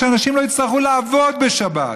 שאנשים לא יצטרכו לעבוד בשבת.